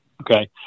Okay